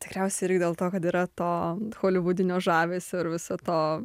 tikriausiai irgi dėl to kad yra to holivudinio žavesio ir viso to